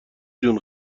جون